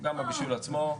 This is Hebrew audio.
גם הבישול עצמו.